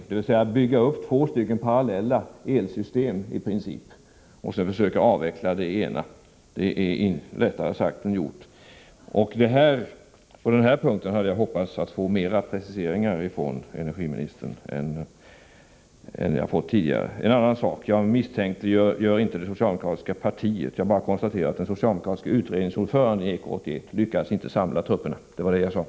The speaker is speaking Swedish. Att i princip bygga upp två parallella elsystem, varefter man skall försöka avveckla det ena, är lättare sagt än gjort. På denna punkt hade jag hoppats att få bättre preciseringar från energiministern än jag fått tidigare. En annan sak: Jag misstänkliggör inte det socialdemokratiska partiet. Jag konstaterar bara att den socialdemokratiska utredningsordföranden i EK 81 inte lyckades samla trupperna — det var det jag avsåg.